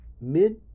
mid